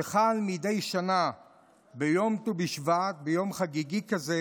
שחל מדי שנה ביום ט"ו בשבט, ביום חגיגי כזה